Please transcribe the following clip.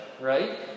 right